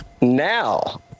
now